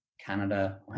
Canada